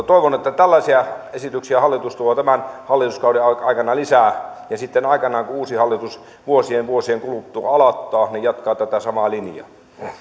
toivon että tällaisia esityksiä hallitus tuo tämän hallituskauden aikana lisää ja sitten aikanaan kun uusi hallitus vuosien vuosien kuluttua aloittaa se jatkaa tätä samaa linjaa